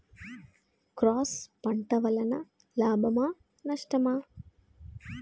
Cross పంట వలన లాభమా నష్టమా?